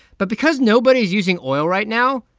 but because nobody is using oil right now,